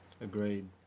Agreed